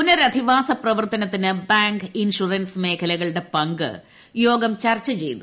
പുനരധിവാസ പ്രവർത്തനത്തിന് bank insurance മേഖലകളുടെ പങ്ക് യോഗം ചർച്ച ചെയ്തു